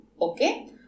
Okay